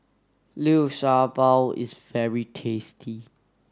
Liu Sha Bao is very tasty